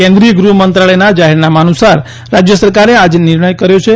કેન્દ્રીય ગૃહમંત્રાલયના જાહેરનામા અનુસાર રાજ્ય સરકારે આજે આ નિર્ણય કર્યો છે